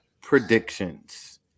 predictions